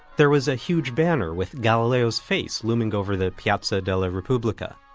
there was a huge banner with galileo's face looming over the piazza della repubblica.